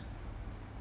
ya